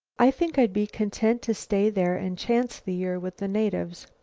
i think i'd be content to stay there and chance the year with the natives.